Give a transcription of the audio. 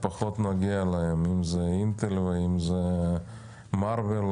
אם זה אינטל או אם זה מרוול.